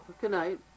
Goodnight